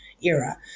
Era